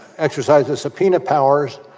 exercised a subpoena powers,